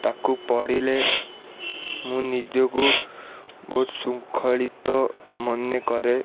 ତାକୁ ପଢ଼ିଲେ ମୁଁ ନିଜକୁ ବହୁତ ଶୃଙ୍ଖଳିତ ମନେକର